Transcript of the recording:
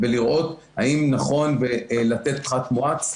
ולראות האם נכון לתת פחת מואץ.